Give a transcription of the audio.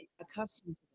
accustomed